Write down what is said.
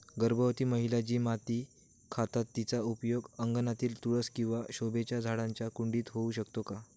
गर्भवती महिला जी माती खातात तिचा उपयोग अंगणातील तुळस किंवा शोभेच्या झाडांच्या कुंडीत होऊ शकतो का?